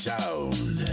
Sound